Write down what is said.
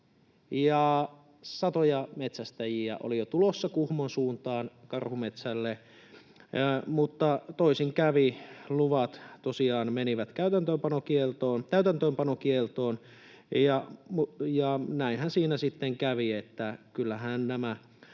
Satoja metsästäjiä oli jo tulossa Kuhmon suuntaan karhumetsälle, mutta toisin kävi. Luvat tosiaan menivät täytäntöönpanokieltoon, ja näinhän siinä sitten kävi, että kyllähän nämä